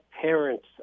parents